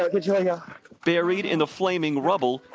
ah but ah yeah buried in the flaming rubble,